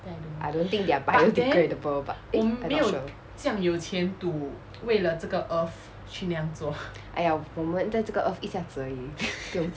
I don't think they are biodegradable but eh I not sure !aiya! 我们在这个 earth 一下子而已不用进